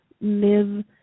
live